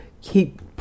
keep